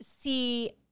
see